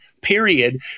period